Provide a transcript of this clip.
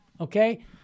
okay